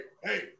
Hey